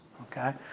okay